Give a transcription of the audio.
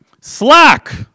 Slack